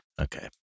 okay